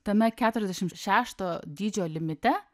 tame keturiasdešimt šešto dydžio limite